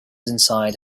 inside